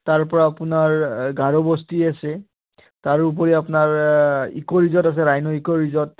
তাৰপৰা আপোনাৰ গাৰোবস্তী আছে তাৰোপৰি আপোনাৰ ইক' ৰিজৰ্ট আছে ৰাইন' ইক' ৰিজৰ্ট